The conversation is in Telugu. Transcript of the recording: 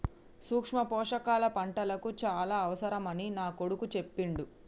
సూక్ష్మ పోషకాల పంటలకు చాల అవసరమని నా కొడుకు చెప్పిండు